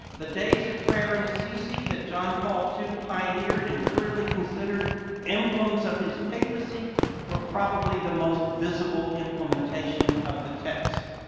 the days of prayer in assisi that john paul ii pioneered and clearly considered emblems of his papacy were probably the most visible implementation of the text.